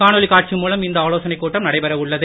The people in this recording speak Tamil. காணொளி காட்சி மூலம் இந்த ஆலோசனைக் கூட்டம் நடைபெற உள்ளது